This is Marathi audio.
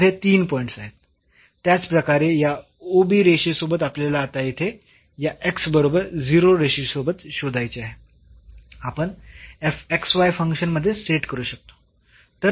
तर हे तीन पॉईंट्स आहेत त्याचप्रकारे या OB रेषेसोबत आपल्याला आता येथे या बरोबर रेषेसोबत शोधायचे आहे आपण फंक्शन मध्ये सेट करू शकतो